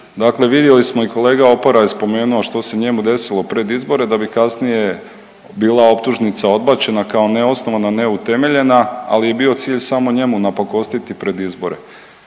Dakle, vidjeli smo i kolega Opara je spomenuo što se njemu desilo pred izbore da bi kasnije bila optužnica odbačena kao neosnovana, neutemeljena, ali je bio cilj samo njemu napakostiti pred izbore.